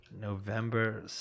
november